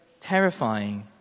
terrifying